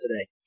today